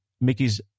Mickey's